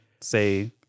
say